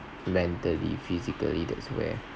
mentally physically that's when